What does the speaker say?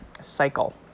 cycle